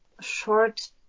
Short